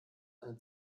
eine